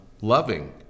loving